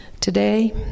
Today